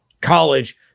college